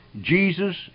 Jesus